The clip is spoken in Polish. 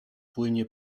płynie